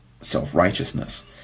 self-righteousness